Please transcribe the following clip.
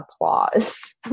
applause